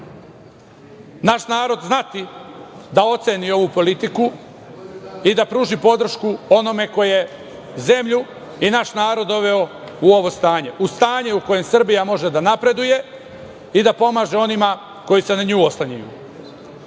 naš narod znati da oceni ovu politiku i da pruži podršku onome ko je zemlju i naš narod doveo u ovo stanje, u stanje u kojem Srbija može da napreduje i da pomaže onima koji se na nju oslanjaju. Još